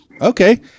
Okay